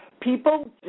People –